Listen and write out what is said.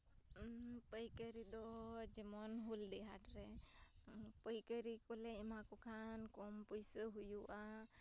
ᱯᱟᱹᱭᱠᱟᱹᱨᱤ ᱫᱚ ᱡᱮᱢᱚᱱ ᱦᱚᱞᱤ ᱦᱟᱴ ᱨᱮ ᱯᱟᱹᱭᱠᱟᱹᱨᱤ ᱠᱚᱞᱮ ᱮᱢᱟ ᱠᱚ ᱠᱷᱟᱱ ᱠᱚᱢ ᱯᱩᱭᱥᱟᱹ ᱦᱩᱭᱩᱜᱼᱟ